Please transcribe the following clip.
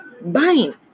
buying